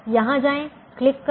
यहां जाएं क्लिक करें